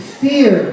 fear